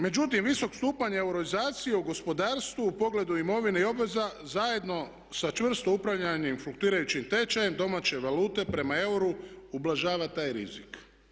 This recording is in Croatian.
Međutim, visok stupanj euroizacije u gospodarstvu u pogledu imovine i obveza zajedno sa čvrsto upravljanim fluktuirajućim tečajem domaće valute prema euru ublažava taj rizik.